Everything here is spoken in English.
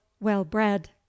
well-bred